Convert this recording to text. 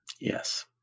Yes